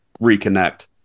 reconnect